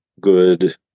good